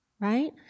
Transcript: Right